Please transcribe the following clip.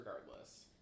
regardless